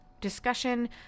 discussion